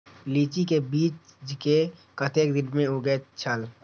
लीची के बीज कै कतेक दिन में उगे छल?